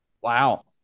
Wow